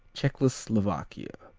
czechoslovakia